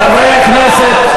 חברי הכנסת,